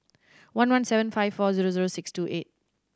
one one seven five four zero zero six two eight